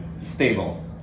stable